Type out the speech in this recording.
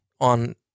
on